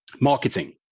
marketing